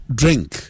drink